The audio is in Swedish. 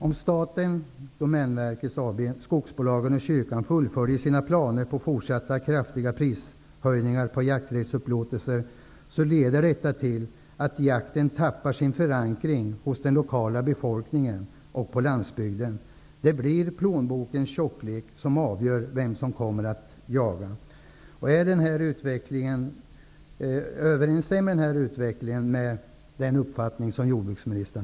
Om staten , skogsbolagen och kyrkan fullföljer sina planer på fortsatt kraftiga prishöjningar på jakträttsupplåtelser så leder detta till att jakten tappar sin förankring hos den lokala befolkningen på landsbygden.